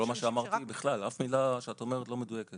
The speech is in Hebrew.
זה לא מה שאמרתי, אף מילה שאת אומרת לא מדויקת.